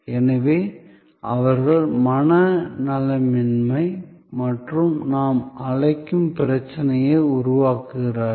எனவே அவர்கள் மனநலமின்மை என்று நாம் அழைக்கும் பிரச்சனையை உருவாக்குகிறார்கள்